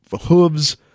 hooves